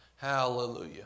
hallelujah